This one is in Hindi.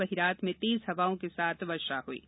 वहीं रात में तेज हवाओं के साथ वर्षा हई है